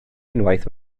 unwaith